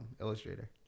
Illustrator